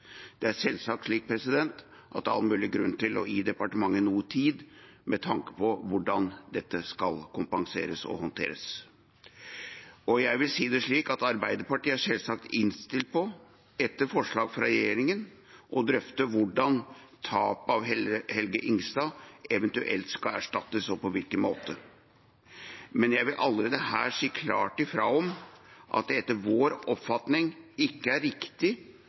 Det er selvsagt all mulig grunn til å gi departementet noe tid med hensyn til hvordan dette skal kompenseres og håndteres. Arbeiderpartiet er selvsagt innstilt på, etter forslag fra regjeringen, å drøfte hvordan tapet av KNM «Helge Ingstad» eventuelt skal erstattes og på hvilken måte. Men jeg vil allerede nå si klart fra om at det etter vår oppfatning ikke er riktig